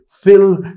fill